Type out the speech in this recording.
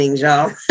y'all